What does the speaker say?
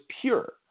pure